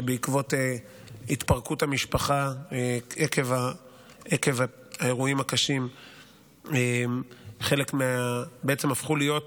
שבעקבות התפרקות המשפחה עקב האירועים הקשים חלק מהם בעצם הפכו להיות